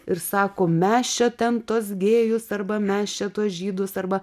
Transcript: ir sako mes čia ten tuos gėjus arba mes čia tuos žydus arba